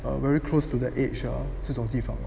a very close to the edge err 这种地方